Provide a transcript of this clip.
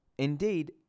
Indeed